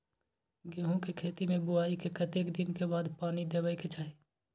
गेहूँ के खेती मे बुआई के कतेक दिन के बाद पानी देबै के चाही?